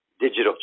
digital